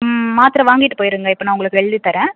மாத்திர வாங்கிட்டு போயிடுங்க இப்போ நான் உங்களுக்கு எழுதி தரேன்